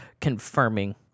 confirming